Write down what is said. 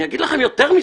אני אגיד לכם יותר מזה: